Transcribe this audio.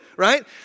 right